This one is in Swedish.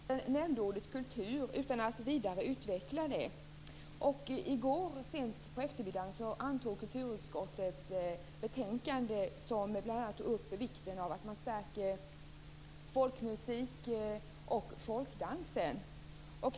Herr talman! Samordningsministern nämnde ordet kultur utan att vidareutveckla det. I går sent på eftermiddagen antog riksdagen kulturutskottets betänkande som bl.a. tog upp vikten av att man stärker folkmusiken och folkdansen.